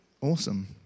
awesome